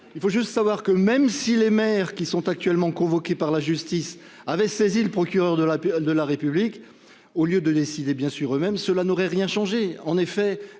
D’abord, sachez que, même si les maires qui sont actuellement convoqués par la justice avaient saisi le procureur de la République au lieu de décider par eux mêmes, cela n’aurait rien changé.